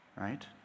Right